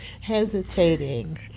hesitating